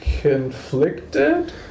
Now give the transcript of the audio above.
Conflicted